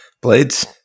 Blades